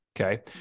Okay